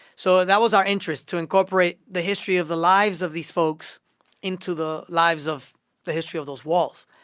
so that was our interest, to incorporate the history of the lives of these folks into the lives of the history of those walls.